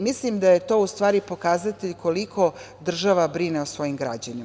Mislim da je to u stvari pokazatelj koliko država brine o svojim građanima.